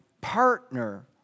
partner